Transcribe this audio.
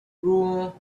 rule